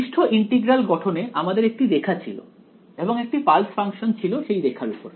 পৃষ্ঠ ইন্টিগ্রাল গঠনে আমাদের একটি রেখা ছিল এবং একটি পালস ফাংশন ছিল সেই রেখার উপর